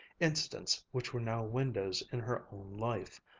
incidents which were now windows in her own life,